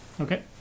Okay